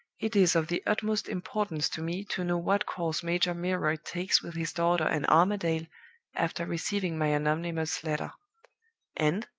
it is of the utmost importance to me to know what course major milroy takes with his daughter and armadale after receiving my anonymous letter and,